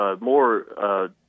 more